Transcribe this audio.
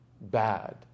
bad